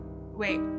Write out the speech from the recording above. Wait